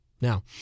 now